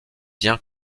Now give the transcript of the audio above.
bien